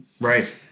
Right